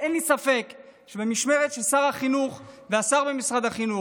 אין לי ספק שבמשמרת של שר החינוך והשר במשרד החינוך,